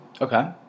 Okay